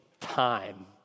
time